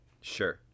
Sure